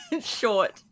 short